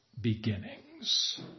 beginnings